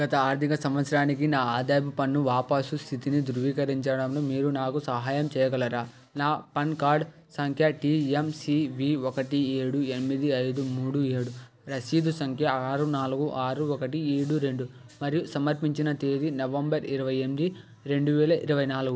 గత ఆర్థిక సంవత్సరానికి నా ఆదాయపు పన్ను వాపాసు స్థితిని ధృవీకరించడంలో మీరు నాకు సహాయం చెయ్యగలరా నా పాన్ కార్డ్ సంఖ్య టిఎమ్సీవి ఒకటి ఏడు ఎనిమిది ఐదు మూడు ఏడు రసీదు సంఖ్య ఆరు నాలుగు ఆరు ఒకటి ఏడు రెండు మరియు సమర్పించిన తేదీ నవంబర్ ఇరవై ఎనిమిది రెండు వేల ఇరవై నాలుగు